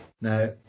now